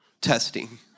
testing